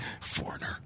Foreigner